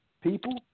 People